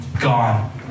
gone